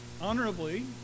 Honorably